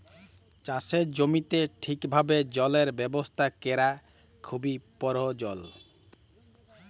চাষের জমিতে ঠিকভাবে জলের ব্যবস্থা ক্যরা খুবই পরয়োজল